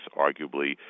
arguably